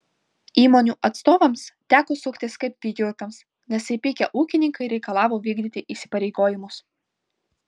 įmonių atstovams teko suktis kaip vijurkams nes įpykę ūkininkai reikalavo vykdyti įsipareigojimus